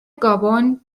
گابن